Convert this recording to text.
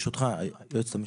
ברשותך, היועצת המשפטית.